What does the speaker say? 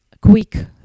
quick